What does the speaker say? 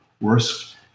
worse